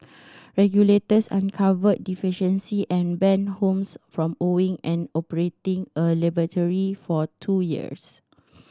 regulators uncovered deficiency and banned Holmes from owning and operating a laboratory for two years